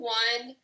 one